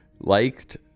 liked